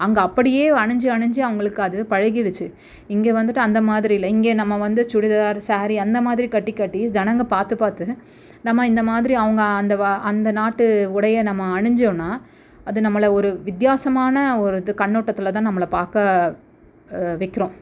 அங்கே அப்படியே அணிஞ்சு அணிஞ்சு அவங்களுக்கு அதுவே பழகிடுச்சி இங்கே வந்துட்டு அந்தமாதிரி இல்லை இங்கே நம்ம வந்து சுடிதார் சேரீ அந்தமாதிரி கட்டி கட்டி ஜனங்கள் பார்த்து பார்த்து நம்ம இந்தமாதிரி அவங்க அந்த வ அந்த நாட்டு உடையை நம்ம அணிஞ்சோம்னால் அது நம்மளை ஒரு வித்தியாசமான ஒரு இது கண்ணோட்டத்தில் தான் நம்மளை பார்க்க வைக்கிறோம்